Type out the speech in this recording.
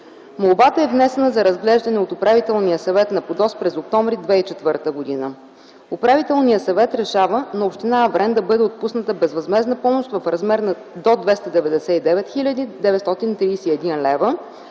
Молбата е внесена за разглеждане от Управителния съвет на ПУДООС през октомври 2004 г. Управителният съвет решава на община Аврен да бъде отпусната безвъзмездна помощ в размер до 299 хил.